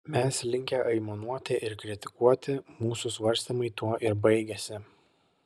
mes linkę aimanuoti ir kritikuoti mūsų svarstymai tuo ir baigiasi